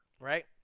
Right